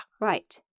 Right